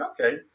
okay